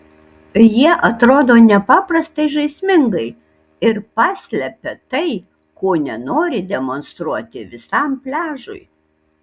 jie atrodo nepaprastai žaismingai ir paslepia tai ko nenori demonstruoti visam pliažui